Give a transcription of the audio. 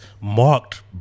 marked